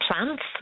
plants